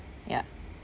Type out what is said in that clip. ya